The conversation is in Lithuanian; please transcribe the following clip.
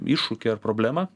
iššūkį ar problemą